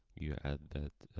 you add that